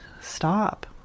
stop